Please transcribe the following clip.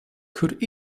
could